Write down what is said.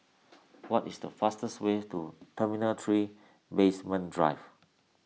what is the fastest way to Terminal three Basement Drive